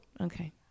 Okay